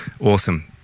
awesome